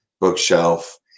bookshelf